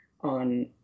on